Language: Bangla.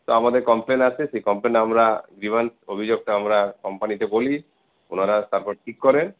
তো আমাদের কমপ্লেন আসে সে কমপ্লেন আমরা গ্রিভান্স অভিযোগটা আমরা কোম্পানিতে বলি ওনারা তারপর ঠিক করেন